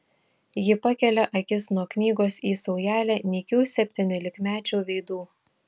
ji pakelia akis nuo knygos į saujelę nykių septyniolikmečių veidų